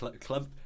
club